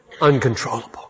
uncontrollable